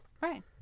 Right